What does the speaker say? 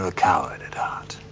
ah coward at heart.